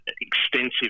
extensive